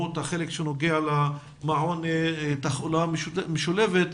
לרבות החלק שנוגע למעון לתחלואה משולבת,